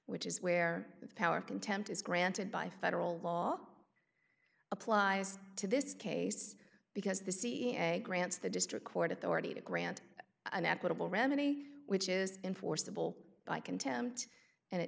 which is where the power of contempt is granted by federal law applies to this case because the sea and grants the district court authority to grant an equitable remedy which is enforceable by contempt and it